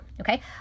Okay